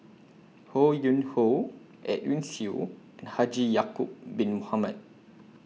Ho Yuen Hoe Edwin Siew and Haji Ya'Acob Bin Mohamed